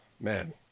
Man